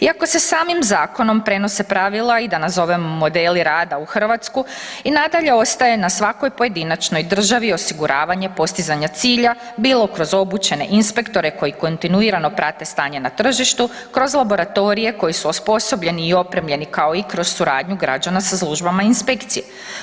Iako se samim zakonom prenose pravila i da nazovem modeli rada u Hrvatsku, i nadalje ostaje na svakoj pojedinačnoj državi osiguravanje postizanja cilja, bilo kroz obučene inspektore koji kontinuirano prate stanje na tržištu, kroz laboratorije koji su osposobljeni i opremljeni kao i kroz suradnju građana sa službama inspekcije.